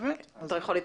אתה יכול להצטרף.